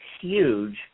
huge